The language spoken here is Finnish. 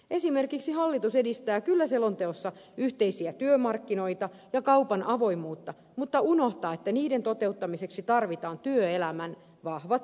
esimerkiksi hallitus edistää kyllä selonteossa yhteisiä työmarkkinoita ja kaupan avoimuutta mutta unohtaa että niiden toteuttamiseksi tarvitaan työelämän vahvat pelisäännöt